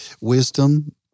Wisdom